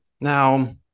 Now